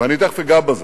ואני תיכף אגע בזה,